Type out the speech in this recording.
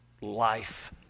life